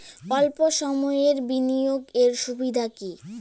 অল্প সময়ের বিনিয়োগ এর সুবিধা কি?